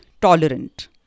tolerant